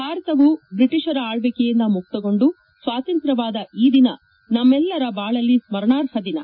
ಭಾರತವು ಬ್ರಿಟಿಷರ ಆಳ್ವಿಕೆಯಿಂದ ಮುಕ್ತೆಗೊಂಡು ಸ್ವಾತಂತ್ರ್ಯವಾದ ಈ ದಿನ ನಮ್ಮೆಲ್ಲರ ಬಾಳಲ್ಲಿ ಸ್ಕರಣಾರ್ಹ ದಿನ